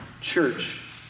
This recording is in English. church